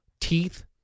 Teeth